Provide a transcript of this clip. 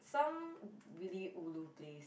some really ulu place